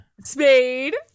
Spade